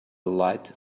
light